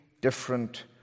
different